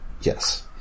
Yes